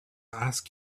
ask